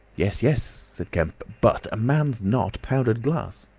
yes, yes, said kemp. but a man's not powdered glass!